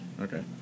Okay